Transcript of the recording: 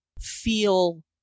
feel